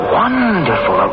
wonderful